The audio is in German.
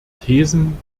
thesen